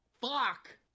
Fuck